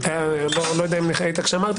אמרתי